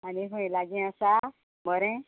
आनी खंय लागीं आसा बरें